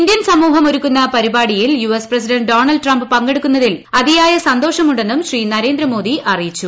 Indian സമൂഹം ഒരുക്കുന്ന പരിപാടിയിൽ യുഎസ് പ്രസിഡന്റ് ഡോണൾഡ് ട്രംപ് പങ്കെടുക്കുന്നതിൽ അതിയായ സന്തോഷമുണ്ടെന്നും ശ്രീ നരേന്ദ്രമോദി അറിയിച്ചു